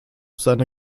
seine